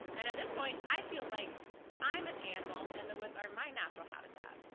and at this point i feel like i'm an animal and the woods are my natural habitat.